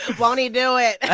won't he do it?